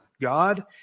God